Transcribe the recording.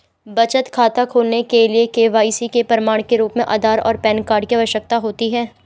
बचत खाता खोलने के लिए के.वाई.सी के प्रमाण के रूप में आधार और पैन कार्ड की आवश्यकता होती है